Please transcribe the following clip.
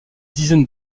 dizaines